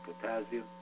potassium